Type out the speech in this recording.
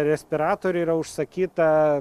respiratorių yra užsakyta